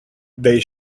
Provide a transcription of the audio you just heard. they